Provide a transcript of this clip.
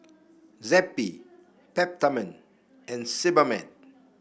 Zappy Peptamen and Sebamed